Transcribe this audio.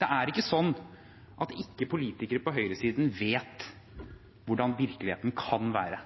Det er ikke slik at politikere på høyresiden ikke vet hvordan virkeligheten kan være.